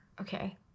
okay